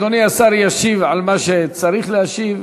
אדוני השר ישיב על מה שצריך להשיב.